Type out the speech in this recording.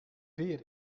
weer